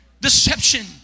deception